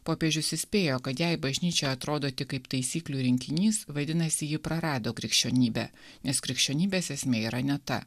popiežius įspėjo kad jei bažnyčia atrodo tik kaip taisyklių rinkinys vadinasi ji prarado krikščionybę nes krikščionybės esmė yra ne ta